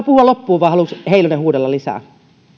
puhua loppuun vai haluaako heinonen huudella lisää